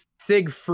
sig